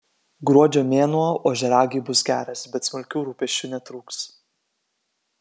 gruodžio mėnuo ožiaragiui bus geras bet smulkių rūpesčių netrūks